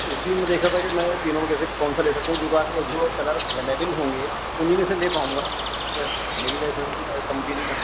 اسی میں دیکھ رہا تھا کہ میں تینوں میں کیسے کون سا لے سکتا ہوں جو کلر اویلیبل ہوں گے انہیں میں سے لے پاؤں گا میری وجہ سے تو کمپنی نہیں